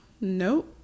nope